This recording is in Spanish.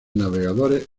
navegadores